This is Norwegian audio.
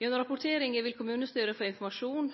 Gjennom rapporteringa vil kommunestyret få informasjon